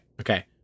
Okay